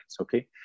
okay